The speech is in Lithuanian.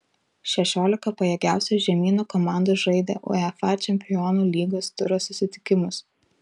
šešiolika pajėgiausių žemyno komandų žaidė uefa čempionų lygos turo susitikimus